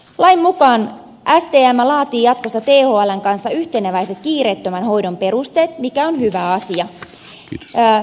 lain mukaan stm laatii jatkossa thln kanssa yhteneväiset kiireettömän hoidon perusteet mikä on hyvä asia